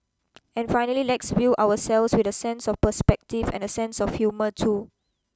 and finally let's view ourselves with a sense of perspective and a sense of humour too